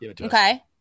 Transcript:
Okay